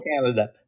Canada